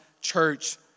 church